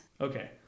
Okay